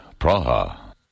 Praha